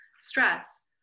stress